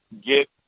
get